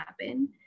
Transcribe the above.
happen